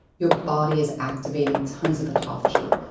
your body is activating tons of autophagy.